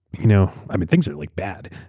you know? things are like bad.